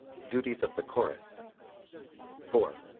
duties of the chorus four.